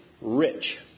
rich